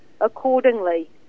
accordingly